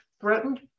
threatened